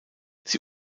sie